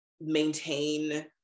maintain